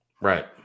Right